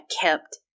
kept